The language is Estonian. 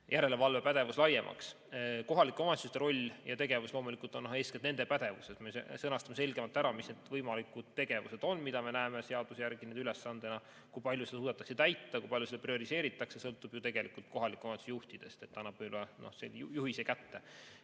järelevalvepädevus laiemaks. Kohalike omavalitsuste roll ja tegevus on loomulikult eeskätt nende pädevuses. Me sõnastame selgemalt ära, mis need võimalikud tegevused on, mida me näeme seaduse järgi nende ülesandena. Kui palju seda suudetakse täita, kui palju seda prioriseeritakse, see sõltub ju kohaliku omavalitsuse juhtidest. See annab võib-olla juhise ka